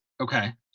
Okay